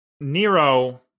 Nero